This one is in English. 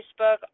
Facebook